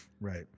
right